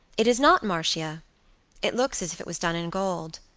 it is not marcia it looks as if it was done in gold.